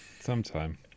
Sometime